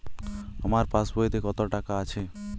আমার পাসবইতে কত টাকা আছে?